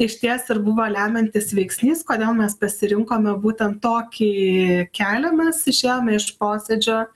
išties ir buvo lemiantis veiksnys kodėl mes pasirinkome būtent tokį kelią mes išėjome iš posėdžio